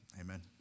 Amen